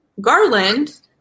Garland